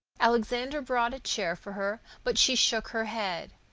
alexander brought a chair for her, but she shook her head.